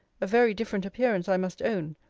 a very different appearance, i must own,